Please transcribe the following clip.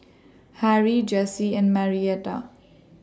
Harry Jessi and Marietta